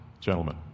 gentlemen